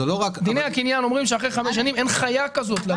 דיני הקניין אומרים שאחרי חמש שנים אין חיה כזאת להמשיך לשמור.